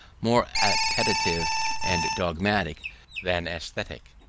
more appetitive and dogmatic than aesthetic.